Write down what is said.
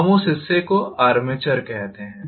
हम उस हिस्से को आर्मेचर कहते हैं